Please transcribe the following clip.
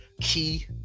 key